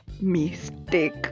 mistake